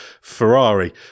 Ferrari